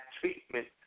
treatment